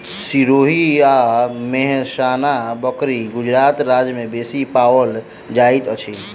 सिरोही आ मेहसाना बकरी गुजरात राज्य में बेसी पाओल जाइत अछि